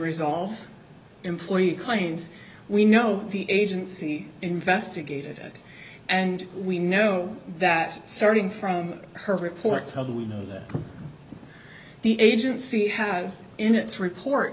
resolve employee kinds we know the agency investigated and we know that starting from her report card we know that the agency has in its report